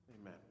Amen